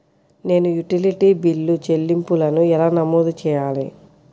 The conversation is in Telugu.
నేను యుటిలిటీ బిల్లు చెల్లింపులను ఎలా నమోదు చేయాలి?